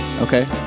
Okay